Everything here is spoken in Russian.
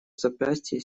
запястье